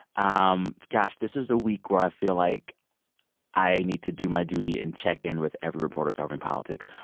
um gosh, this is a week where i feel like i need to do my duty and check in with every reporter covering politics.